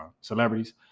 celebrities